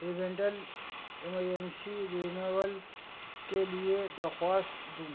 ریمڈل emergency renewal کے لیے درخواست دوں